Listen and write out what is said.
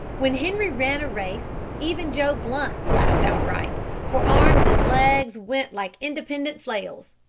when henri ran a race even joe blunt laughed outright, for arms and legs went like independent flails.